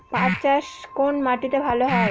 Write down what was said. পাট চাষ কোন মাটিতে ভালো হয়?